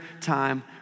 time